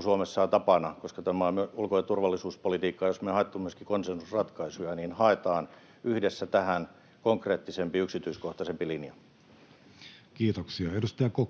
Suomessa on tapana, koska tämä on ulko- ja turvallisuuspolitiikkaa, jossa me on haettu myöskin konsensusratkaisuja — ja haetaan yhdessä tähän konkreettisempi, yksityiskohtaisempi linja. [Speech 18] Speaker: